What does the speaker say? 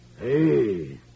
Hey